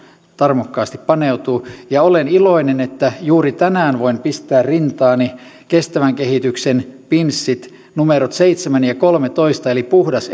tarmokkaasti paneutuu ja olen iloinen että juuri tänään voin pistää rintaani kestävän kehityksen pinssit numerot seitsemän ja kolmetoista eli puhdas